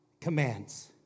commands